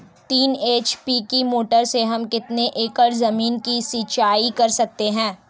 तीन एच.पी की मोटर से हम कितनी एकड़ ज़मीन की सिंचाई कर सकते हैं?